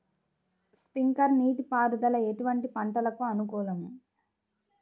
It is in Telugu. స్ప్రింక్లర్ నీటిపారుదల ఎటువంటి పంటలకు అనుకూలము?